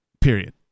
period